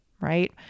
right